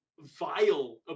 vile